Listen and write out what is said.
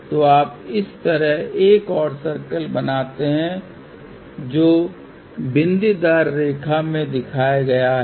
तो आप इस तरह एक और सर्कल बनाते हैं जो बिंदीदार रेखा में दिखाया गया है